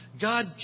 God